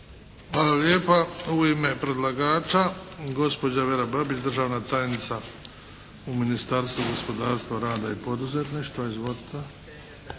Hvala lijepa. U ime predlagača gospođa Vera Babić, državna tajnica u Ministarstvu gospodarstva, rada i poduzetništva.